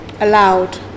Allowed